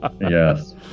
Yes